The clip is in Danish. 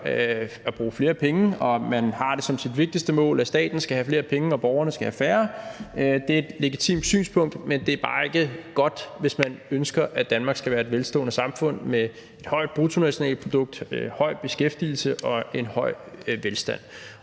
at bruge flere penge, og have det som sit vigtigste mål, at staten skal have flere penge og borgerne skal have færre. Det er et legitimt synspunkt, men det er bare ikke godt, hvis man ønsker, at Danmark skal være et velstående samfund med et højt bruttonationalprodukt, høj beskæftigelse og en høj velstand.